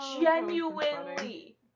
genuinely